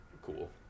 cool